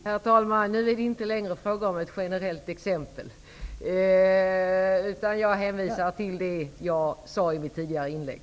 Herr talman! Nu är det inte längre fråga om ett generellt exempel. Jag hänvisar till det jag sade i mitt tidigare inlägg.